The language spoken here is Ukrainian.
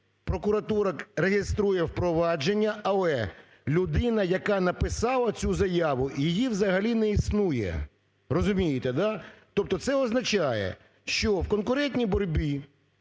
Прокуратура реєструє провадження, але людина, яка написала цю заяву, її взагалі не існує. Розумієте, да? Тобто це означає, що в конкурентній боротьбі